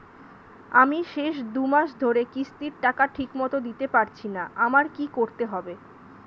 আমি শেষ দুমাস ধরে কিস্তির টাকা ঠিকমতো দিতে পারছিনা আমার কি করতে হবে?